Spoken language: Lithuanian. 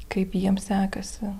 kaip jiems sekasi